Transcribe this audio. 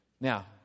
now